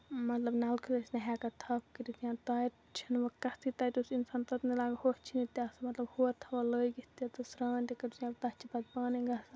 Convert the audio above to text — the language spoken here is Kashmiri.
مطلب نَلکہٕ ٲسۍ نہٕ ہٮ۪کان تھپھ کٔرِتھ یا تارِ چھِنہٕ وۄنۍ کَتھٕے تَتہِ اوس اِنسان تٔتۍنٕے لَگان مطلب ہورٕ تھاوان لٲگِتھ سرٛان تہِ کرِ تَتھ چھِ پَتہٕ پانَے گژھان